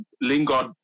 Lingard